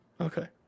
Okay